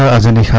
as any